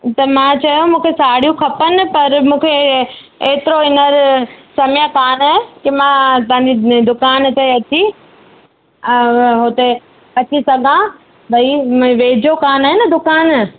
त मां चयो मूंखे साड़ियूं खपनि परि मूंखे एतिरो हींअर समय कोन आहे के मां तव्हां जी दुकान ते अची उते अची सघां भई वेझो कोन आहे न दुकानु